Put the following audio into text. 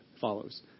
follows